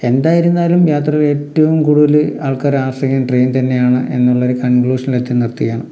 എന്തായിരുന്നാലും യാത്രകൾ ഏറ്റവും കൂടുതൽ ആൾക്കാർ ആശ്രയിക്കുന്നത് ട്രെയിൻ തന്നെയാണ് എന്നുള്ള ഒരു കൺക്ലൂഷനിൽ എത്തി നിർത്തുകയാണ്